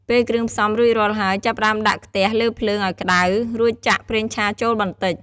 ពេលគ្រឿងផ្សំរួចរាល់ហើយ ចាប់ផ្ដើមដាក់ខ្ទះលើភ្លើងឲ្យក្តៅ រួចចាក់ ប្រេងឆាចូលបន្តិច។